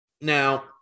Now